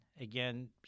again